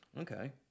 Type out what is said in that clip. Okay